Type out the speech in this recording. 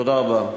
תודה רבה.